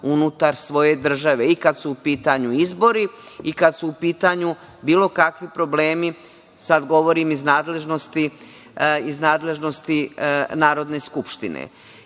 unutar svoje države, i kad su u pitanju izboru i kad su u pita nju bilo kakvi problemi, sad govorim iz nadležnosti Narodne skupštine. Kolega